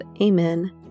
Amen